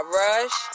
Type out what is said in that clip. rush